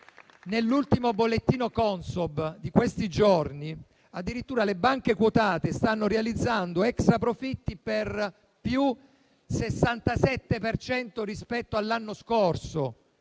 Nell'ultimo bollettino Consob di questi giorni, addirittura le banche quotate stanno realizzando extraprofitti per un +67 per cento rispetto all'anno scorso,